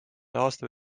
aasta